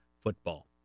football